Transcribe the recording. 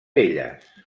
elles